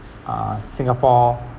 uh singapore